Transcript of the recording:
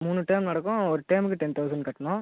மூணு டேர்ம் நடக்கும் ஒரு டேர்ம்க்கு டென் தௌசண்ட் கட்டணும்